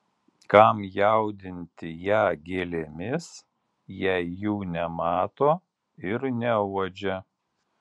kam jaudinti ją gėlėmis jei jų nemato ir neuodžia